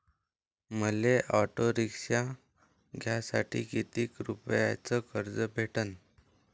मले auto rickshaw घ्यासाठी कितीक रुपयाच कर्ज भेटनं?